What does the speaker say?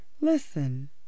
Listen